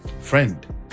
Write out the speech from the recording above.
Friend